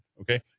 Okay